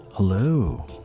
Hello